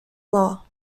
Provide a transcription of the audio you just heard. law